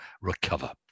recover